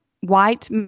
white